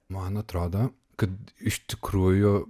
man atrodo kad iš tikrųjų